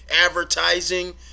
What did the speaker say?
advertising